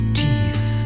teeth